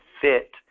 fit